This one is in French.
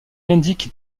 indique